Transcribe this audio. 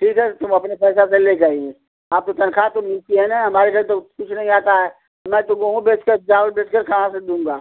ठीक है तुम अपने पैसा से ले जाइए आपको तनख्वाह तो मिलती है ना हमारे घर तो कुछ नहीं आता है मैं तो गेहूँ बेच के चावल बेच के कहाँ से दूंगा